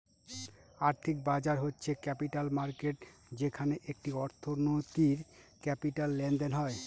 আর্থিক বাজার হচ্ছে ক্যাপিটাল মার্কেট যেখানে একটি অর্থনীতির ক্যাপিটাল লেনদেন হয়